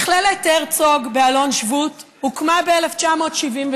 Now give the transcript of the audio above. מכללת הרצוג באלון שבות הוקמה ב-1973,